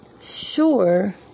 sure